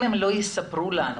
אם הם לא יספרו לנו,